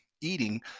eating